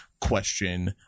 question